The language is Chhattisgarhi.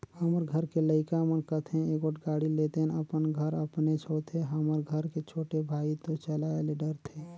हमर घर के लइका मन कथें एगोट गाड़ी लेतेन अपन हर अपनेच होथे हमर घर के छोटे भाई तो चलाये ले डरथे